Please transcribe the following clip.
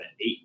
eight